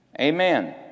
Amen